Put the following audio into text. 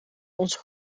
onze